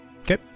Okay